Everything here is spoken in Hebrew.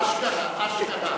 אשכרה, אשכרה,